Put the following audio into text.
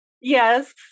Yes